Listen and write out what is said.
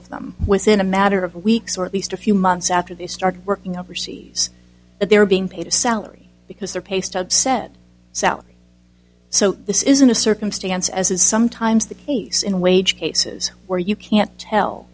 of them within a matter of weeks or at least a few months after they started working overseas that they were being paid a salary because their paste upset south so this isn't a circumstance as is sometimes the case in wage cases where you can't tell